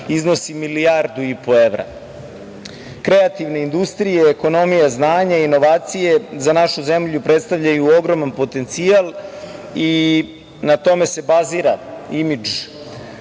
iznosi milijardu i po evra. Kreativne industrije, ekonomije, znanje, inovacije, za našu zemlju predstavljaju ogroman potencijal i na tome se bazira imidž